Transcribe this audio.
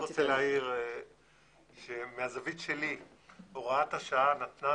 אני רק רוצה להעיר שמהזווית שלי הוראת השעה נתנה